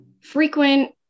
frequent